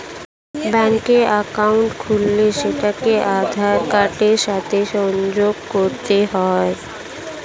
ব্যাঙ্কের অ্যাকাউন্ট খুললে সেটাকে আধার কার্ডের সাথে সংযোগ করতে হয়